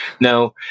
Now